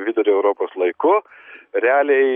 vidurio europos laiku realiai